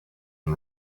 and